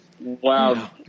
Wow